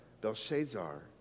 Belshazzar